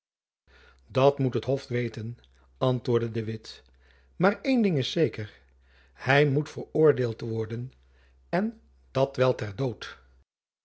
dat moet het hof weten antwoordde de witt maar één ding is zeker hy moet veroordeeld worden en dat wel ter dood